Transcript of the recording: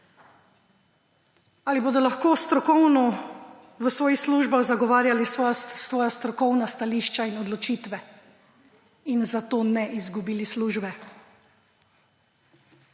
ali bodo lahko strokovno v svojih službah zagovarjali svoja strokovna stališča in odločitve in za to ne izgubili službe.